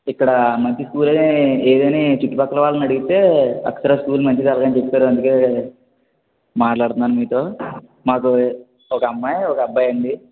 ఇక్కడ మంచి స్కూల్ అని ఏదని చుట్టూ పక్కల వాళ్ళని అడిగితే అక్షర స్కూల్ మంచిది అని చెప్పారు అందుకే మాట్లాడుతున్నాను మీతో మాకు ఒక అమ్మాయి ఒక అబ్బాయి అండి